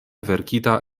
verkita